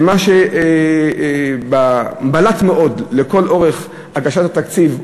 ומה שבלט מאוד לכל אורך הגשת התקציב,